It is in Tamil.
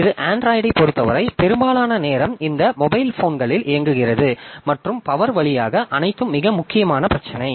இது அண்ட்ராய்டைப் பொறுத்தவரை பெரும்பாலான நேரம் இந்த மொபைல் போன்களில் இயங்குகிறது மற்றும் பவர் வழியாக அனைத்தும் மிக முக்கியமான பிரச்சினை